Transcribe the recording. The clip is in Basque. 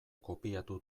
kopiatu